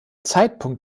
zeitpunkt